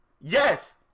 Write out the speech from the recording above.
Yes